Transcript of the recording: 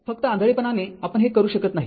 फक्त आंधळेपणाने आपण हे करू शकत नाही